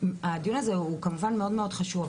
הדיון הזה הוא כמובן מאוד מאוד חשוב,